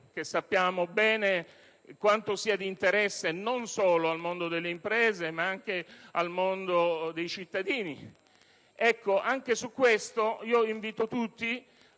che sappiamo bene quanto interessi non solo il mondo delle imprese ma anche quello dei cittadini. Anche su questo, invito tutti